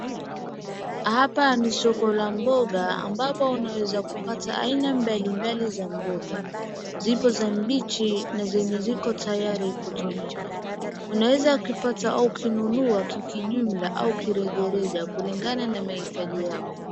Hapa ni soko la mboga, ambapo unaweza kupata aina mbalimbali za mboga. Ziko za mbichi na zenye ziko tayari kutumika. Unaweza kupata au kununua kwa kijumla au kijereja kulingana na mahitaji yako.